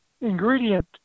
ingredient